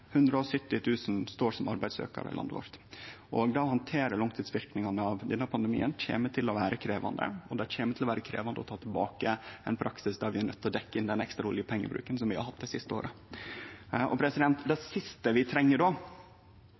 står som arbeidssøkjarar i landet vårt. Det å handtere langtidsverknadane av denne pandemien kjem til å vere krevjande, og det kjem til å vere krevjande å ta tilbake ein praksis der vi er nøydde til å dekkje inn den ekstra oljepengebruken vi har hatt det siste året. Det siste vi treng då,